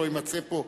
לא יימצא פה,